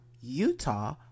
Utah